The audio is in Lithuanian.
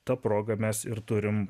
ta proga mes ir turime